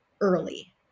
early